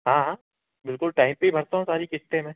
हाँ हाँ बिल्कुल टाइम पे भरता हूँ सारी किस्ते मैं